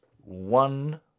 one